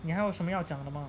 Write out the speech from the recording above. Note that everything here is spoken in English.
你还有什么要讲的吗